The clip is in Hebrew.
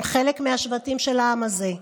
הם חלק מהשבטים של העם הזה,